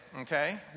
okay